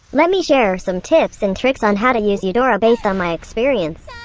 let me share some tips and tricks on how to use eudora based on my experience.